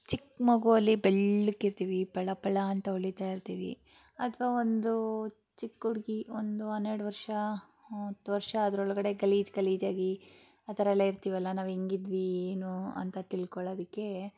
ಚಿಕ್ಕ ಮಗುವಲ್ಲಿ ಬೆಳ್ಳಕ್ಕಿರ್ತೀವಿ ಫಳ ಫಳ ಅಂತ ಹೊಳೀತಾ ಇರ್ತೀವಿ ಅಥವಾ ಒಂದು ಚಿಕ್ಕ ಹುಡ್ಗಿ ಒಂದು ಹನ್ನೆರಡು ವರ್ಷ ಹತ್ತು ವರ್ಷ ಅದರೊಳಗಡೆ ಗಲೀಜು ಗಲೀಜಾಗಿ ಆ ಥರ ಎಲ್ಲ ಇರ್ತೀವಲ್ಲ ನಾವು ಹೆಂಗಿದ್ವಿ ಏನು ಅಂತ ತಿಳ್ಕೊಳ್ಳೋದಕ್ಕೆ